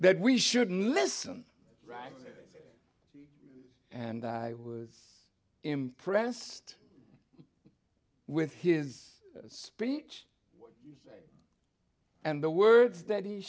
that we should not listen and i was impressed with his speech and the words that he